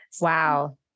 Wow